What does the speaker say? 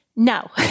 No